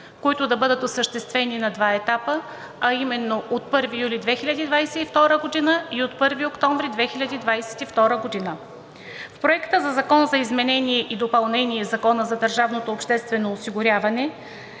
които да бъдат осъществени на два етапа, а именно от 1 юли 2022 г. и от 1 октомври 2022 г. В Проекта на закон за изменение и допълнение на Закона за държавното обществено осигуряване